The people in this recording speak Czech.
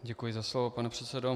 Děkuji za slovo, pane předsedo.